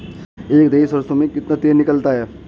एक दही सरसों में कितना तेल निकलता है?